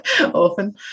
often